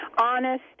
honest